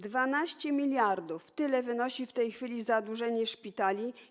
12 mld - tyle wynosi w tej chwili zadłużenie szpitali.